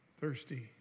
thirsty